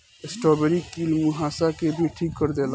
strawberry कील मुंहासा के भी ठीक कर देला